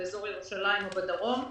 באזור ירושלים או בדרום,